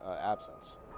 absence